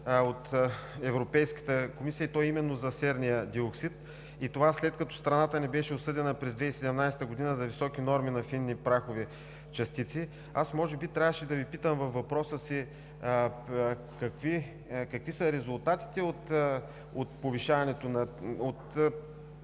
от Европейската комисия и то именно за серния диоксид, и това, след като страната ни беше осъдена през 2017 г. за високи норми на фини прахови частици. Може би трябваше да Ви питам във въпроса си какви са резултатите от високото